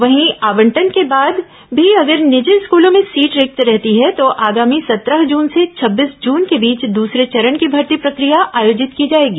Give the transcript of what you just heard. वहीं आवंटन के बाद भी अगर निजी स्कूलों में सीट रिक्त रहती है तो आगामी सत्रह जून से छब्बीस जून के बीच दूसरे चरण की भर्ती प्रक्रिया आयोजित की जाएगी